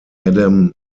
adam